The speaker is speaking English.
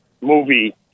movie